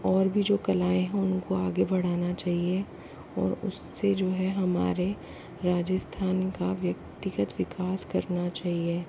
और भी जो कलाएँ हैं उनको आगे बढ़ाना चाहिए और उससे जो है हमारे राजस्थान का व्यक्तिगत विकास करना चाहिए